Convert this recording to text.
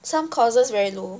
some courses very low